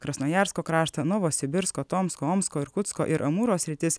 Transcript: krasnojarsko kraštą novosibirsko tomsko omsko irkutsko ir amūro sritis